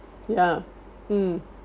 ya mm